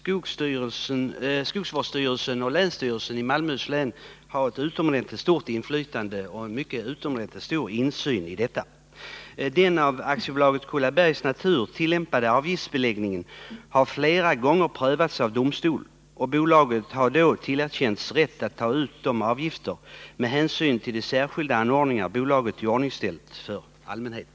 Herr talman! Skogsvårdsstyrelsen och länsstyrelsen i Malmöhus län har ett utomordentligt stort inflytande och en utomordentligt stor insyn i detta. Den av AB Kullabergs Natur tillämpade avgiftsbeläggningen har flera gånger prövats av domstol. Bolaget har då tillerkänts rätt att ta ut avgifter med hänsyn till de särskilda anordningar som bolaget iordningställt för allmänheten.